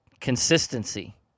consistency